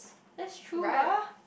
that's true lah